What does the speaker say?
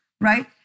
Right